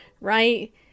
right